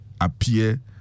appear